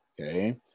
Okay